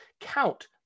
Count